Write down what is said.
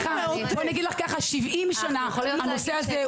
בואי אני אגיד לך ככה 70 שנה הנושא הזה,